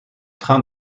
train